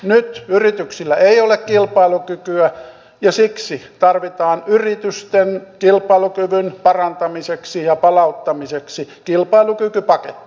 nyt yrityksillä ei ole kilpailukykyä ja siksi yritysten kilpailukyvyn parantamiseksi ja palauttamiseksi tarvitaan kilpailukykypaketti